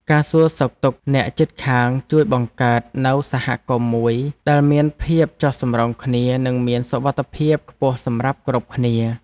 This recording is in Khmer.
ការសួរសុខទុក្ខអ្នកជិតខាងជួយបង្កើតនូវសហគមន៍មួយដែលមានភាពចុះសម្រុងគ្នានិងមានសុវត្ថិភាពខ្ពស់សម្រាប់គ្រប់គ្នា។